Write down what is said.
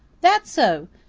that so?